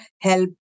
help